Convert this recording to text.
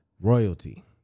royalty